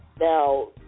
Now